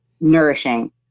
nourishing